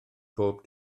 bob